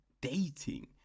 dating